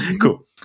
cool